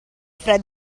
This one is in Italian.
fred